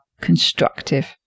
constructive